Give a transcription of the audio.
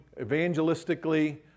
evangelistically